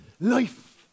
life